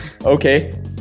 okay